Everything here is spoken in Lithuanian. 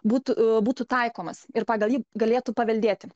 būtų būtų taikomas ir pagal jį galėtų paveldėti